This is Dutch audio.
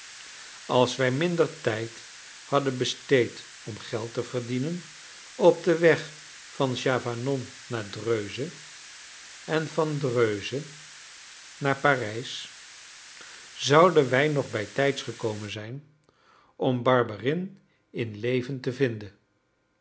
als wij minder tijd hadden besteed om geld te verdienen op den weg van chavanon naar dreuze en van dreuze naar parijs zouden wij nog bijtijds gekomen zijn om barberin in leven te vinden